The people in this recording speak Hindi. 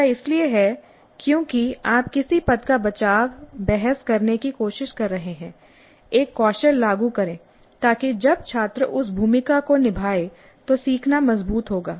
ऐसा इसलिए है क्योंकि आप किसी पद का बचावबहस करने की कोशिश कर रहे हैं एक कौशल लागू करें ताकि जब छात्र उस भूमिका को निभाएं तो सीखना मजबूत होगा